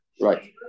Right